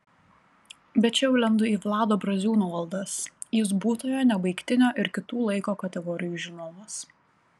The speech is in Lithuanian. bet čia jau lendu į vlado braziūno valdas jis būtojo nebaigtinio ir kitų laiko kategorijų žinovas